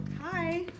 Hi